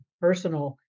personal